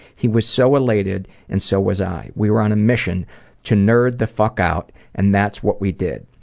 he was so elated and so was i. we were on a mission to nerd the fuck out and that's what we did.